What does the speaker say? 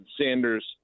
Sanders